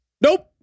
Nope